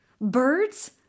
Birds